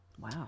Wow